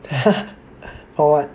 for what